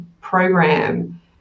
program